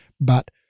But-